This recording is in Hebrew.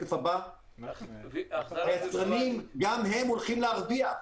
בשקף הבא: גם היצרנים הולכים להרוויח,